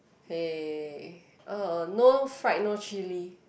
!hey! uh no fried no chilli